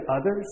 others